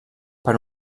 per